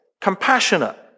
compassionate